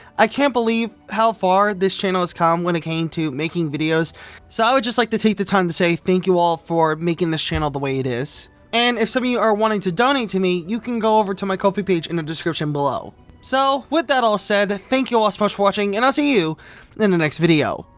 i can't believe how far this channel has come when it came to making videos so i would just like to take the time to say thank you all for making this channel the way it is and if some of you are wanting to donate to me. you can go over to my kofi page in the description below so with that all said, thank you all ah so much for watching and i'll see you in the next video.